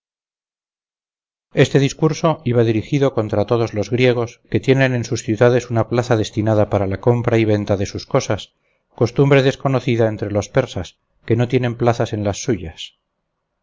este discurso iba dirigido contra todos los griegos que tienen en sus ciudades una plaza destinada para la compra y venta de sus cosas costumbre desconocida entre los persas que no tienen plazas en las suyas